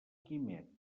quimet